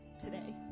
today